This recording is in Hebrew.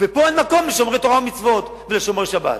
ופה אין מקום לשומרי תורה ומצוות ולשומרי שבת.